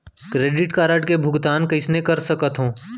Credit card के भुगतान कइसने कर सकथो?